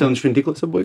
ten šventyklose buvai